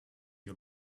you